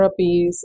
therapies